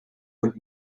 und